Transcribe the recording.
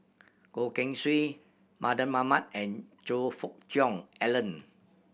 Goh Keng Swee Mardan Mamat and Choe Fook Cheong Alan